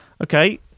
Okay